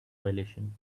violation